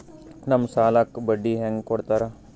ನಮ್ ಸಾಲಕ್ ಬಡ್ಡಿ ಹ್ಯಾಂಗ ಕೊಡ್ತಾರ?